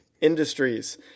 Industries